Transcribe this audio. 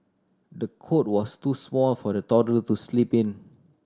the cot was too small for the toddler to sleep in